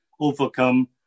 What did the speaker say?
overcome